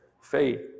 faith